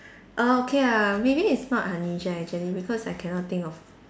uh okay ah maybe it's not unusual actually because I cannot think of